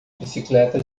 bicicleta